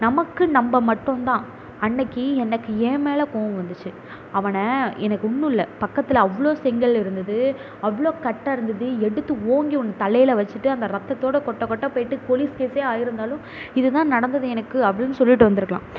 நமக்கு நம்ம மட்டுந்தான் அன்னைக்கு எனக்கு என் மேலே கோபம் வந்துச்சு அவனை எனக்கு ஒன்னுமில்ல பக்கத்தில் அவ்வளோ செங்கல் இருந்தது அவ்வளோ கட்டை இருந்தது எடுத்து ஓங்கி ஒன்று தலையில் வெச்சிட்டு அந்த ரத்தத்தோடு கொட்ட கொட்ட போய்ட்டு போலீஸ் கேஸே ஆகியிருந்தாலும் இதுதான் நடந்தது எனக்கு அப்படின்னு சொல்லிவிட்டு வந்திருக்கலாம்